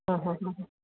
आ हा ह